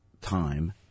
time